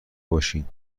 باشین